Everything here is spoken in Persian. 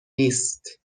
نیست